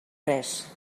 res